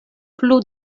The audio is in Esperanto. plu